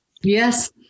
Yes